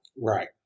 Right